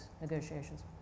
negotiations